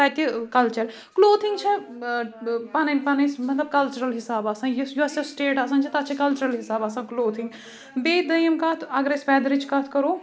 تَتہِ culture clothing چھےٚ پَنٕنۍ پَنٕنۍ مطلب کَلچِرَل حساب آسان یِس یۄس یۄس سٕٹیٹ آسان چھِ تَتھ چھِ کَلچِرَل حساب آسان کٕلوتھِنٛگ بیٚیہِ دوٚیِم کَتھ اَگر أسۍ وؠدرٕچ کَتھ کَرو